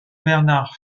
bernard